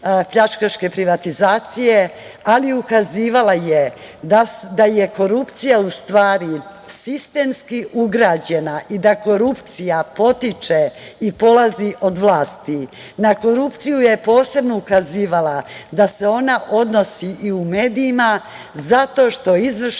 pljačkaške privatizacije, ali ukazivala je, da je korupcija u stvari, sistemski ugrađena i da korupcija potiče i polazi od vlasti. Na korupciju je posebno ukazivala da se ona odnosi i u medijima, zato što izvršna